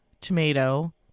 tomato